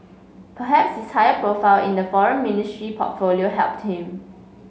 perhaps his higher profile in the foreign ministry portfolio helped him